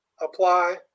apply